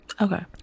Okay